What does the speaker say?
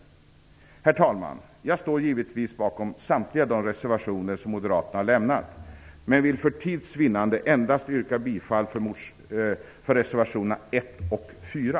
Herr talman! Jag står givetvis bakom samtliga de reservationer som Moderaterna har avgett, men vill för tids vinnande endast yrka bifall till reservationerna